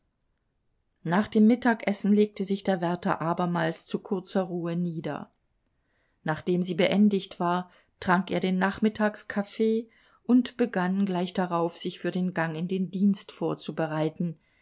nach dem mittagessen legte sich der wärter abermals zu kurzer ruhe nieder nachdem sie beendigt war trank er den nachmittagskaffee und begann gleich darauf sich für den gang in den dienst vorzubereiten